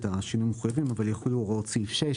השינויים המחויבים ויחולו הוראות סעיף 6,